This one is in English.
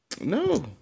No